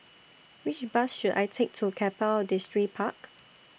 Which Bus should I Take to Keppel Distripark